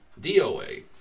DOA